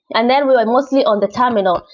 and then we were mostly on the terminal.